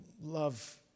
Love